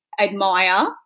admire